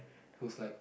who's like